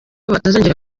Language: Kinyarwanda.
batazongera